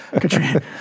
Katrina